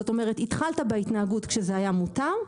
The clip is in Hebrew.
זאת אומרת התחלת בהתנהגות כשזה היה מותר,